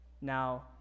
Now